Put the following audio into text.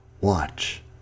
Watch